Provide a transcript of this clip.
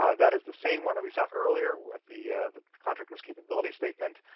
um that is the same one that we saw earlier with the the contractor's capability statement,